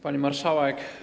Pani Marszałek!